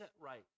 right